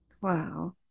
Wow